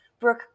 Brooke